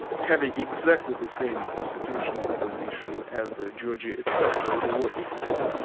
having exactly the same constitutional position as ah georgia itself, so they were equals.